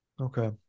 Okay